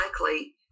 likely